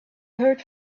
heard